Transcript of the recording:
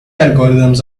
algorithms